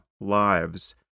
lives